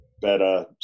better